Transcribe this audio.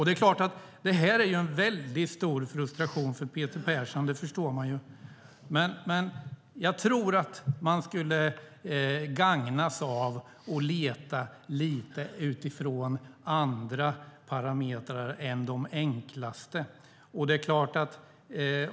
Det är klart att det innebär stor frustration för Peter Persson, det förstår man ju. Men jag tror att man skulle gagnas av att leta förklaringar utifrån andra parametrar än de enklaste.